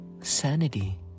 sanity